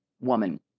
woman